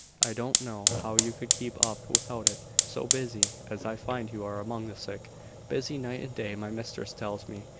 i don't know how you could keep up without it, so busy as i find you are among the sick busy night and day, my mistress tells me,